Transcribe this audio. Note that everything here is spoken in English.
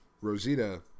Rosita